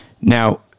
Now